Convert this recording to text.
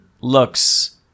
looks